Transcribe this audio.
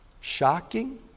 shocking